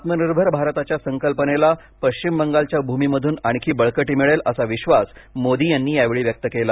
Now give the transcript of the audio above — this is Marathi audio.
आत्मनिर्भर भारताच्या संकल्पनेला पश्चिम बंगालच्या भूमीमधून आणखी बळकटी मिळेल असा विश्वास मोदी यांनी यावेळी व्यक्त केला